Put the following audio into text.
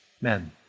men